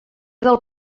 del